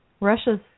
Russia's